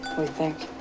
we think.